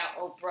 Oprah